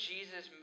Jesus